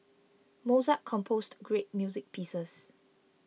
Mozart composed great music pieces